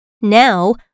Now